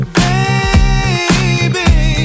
baby